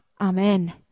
Amen